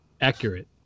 accurate